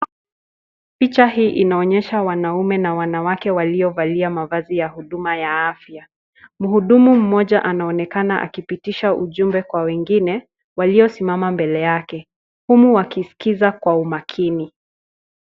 Picha hii inaonyesha wanaume na wanawake waliovalia mavazi ya huduma ya afya. Mhudumu mmoja anaonekana akipitisha ujumbe kwa wengine waliosimama mbele yake, humu wakisikiza kwa umakini.